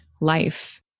life